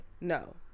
No